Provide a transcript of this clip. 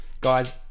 guys